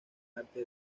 arte